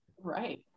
Right